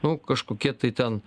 nu kažkokie tai ten